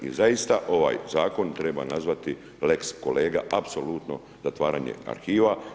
I zaista ovaj zakon treba nazvati lex kolega, apsolutno zatvaranje arhiva.